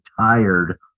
tired